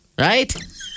right